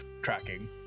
tracking